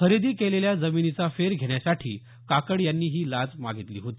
खरेदी केलेल्या जमिनीचा फेर घेण्यासाठी काकड यांनी ही लाच मागितली होती